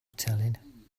telling